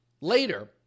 later